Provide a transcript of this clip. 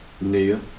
Nia